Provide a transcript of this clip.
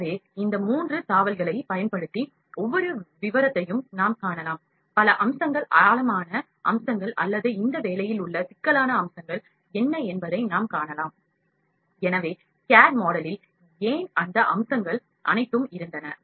எனவே இந்த மூன்று தாவல்களைப் பயன்படுத்தி ஒவ்வொரு விவரத்தையும் நாம் காணலாம் பல அம்சங்கள் ஆழமான அம்சங்கள் அல்லது இந்த வேலையில் உள்ள சிக்கலான அம்சங்கள் என்ன என்பதை நாம் காணலாம் எனவே CAD மாடலில் ஏன் அந்த அம்சங்கள் அனைத்தும் இருந்தன